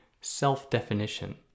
self-definition